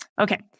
Okay